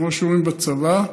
כמו שאומרים בצבא,